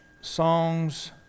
songs